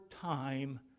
time